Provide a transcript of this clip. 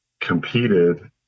competed